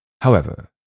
However